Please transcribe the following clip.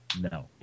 no